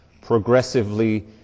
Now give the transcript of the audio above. Progressively